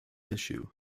issue